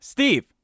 Steve